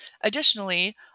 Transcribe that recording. Additionally